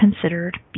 considered